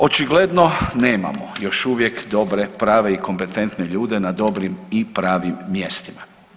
Očigledno nemamo još uvijek dobre, prave i kompetentne ljude na dobrim i pravim mjestima.